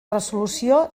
resolució